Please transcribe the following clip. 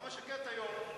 למה שקט היום?